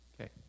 Okay